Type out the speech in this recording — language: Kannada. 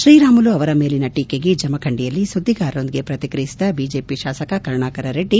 ಶ್ರೀರಾಮುಲು ಅವರ ಮೇಲಿನ ಟೀಕೆಗೆ ಜಮಖಂಡಿಯಲ್ಲಿ ಸುದ್ವಿಗಾರರೊಂದಿಗೆ ಪ್ರತಿಕ್ರಿಯಿಸಿದ ಬಿಜೆಪಿ ಶಾಸಕ ಕರುಣಾಕರ ರೆಡ್ಡಿ